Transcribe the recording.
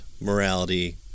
morality